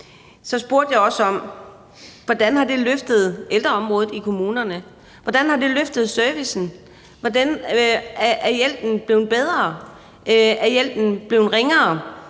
så spurgte jeg også om, hvordan det har løftet ældreområdet i kommunerne, hvordan det har løftet servicen, og hvordan hjælpen er blevet bedre. Er hjælpen blevet ringere,